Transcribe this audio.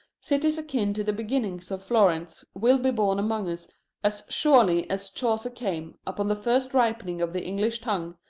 cities akin to the beginnings of florence will be born among us as surely as chaucer came, upon the first ripening of the english tongue,